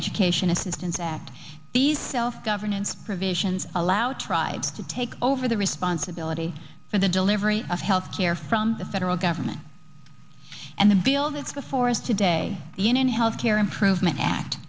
education assistance act these self governance provisions allow tribes to take over the responsibility for the delivery of health care from the federal government and the bill that's before us today the in in health care improvement act